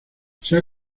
sea